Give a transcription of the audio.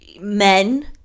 men